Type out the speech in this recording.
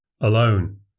Alone